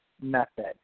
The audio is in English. method